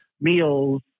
meals